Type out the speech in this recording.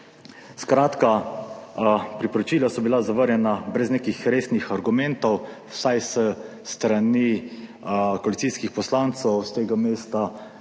Skratka, priporočila so bila zavrnjena brez nekih resnih argumentov, vsaj s strani koalicijskih poslancev. S tega mesta